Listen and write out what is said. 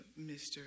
Mr